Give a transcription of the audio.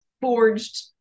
forged